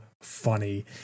funny